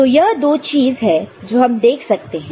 तो यह दो चीज है जो हम देख सकते हैं